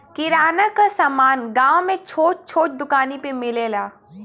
किराना क समान गांव में छोट छोट दुकानी पे मिलेला